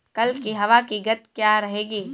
कल की हवा की गति क्या रहेगी?